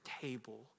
table